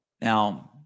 Now